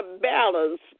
balance